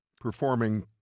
performing